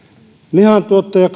lihantuottaja